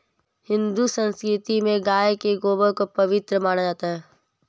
हिंदू संस्कृति में गाय के गोबर को पवित्र माना जाता है